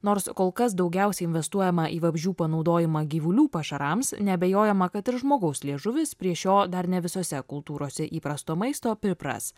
nors kol kas daugiausiai investuojama į vabzdžių panaudojimą gyvulių pašarams neabejojama kad ir žmogaus liežuvis prie šio dar ne visose kultūrose įprasto maisto pripras